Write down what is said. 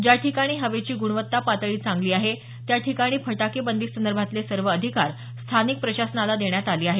ज्या ठिकाणी हवेची ग्णवत्ता पातळी चांगली आहे त्याठिकाणी फटाके बंदीसंदर्भातले सर्व अधिकार स्थानिक प्रशासनाला देण्यात आले आहेत